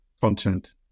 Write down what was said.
content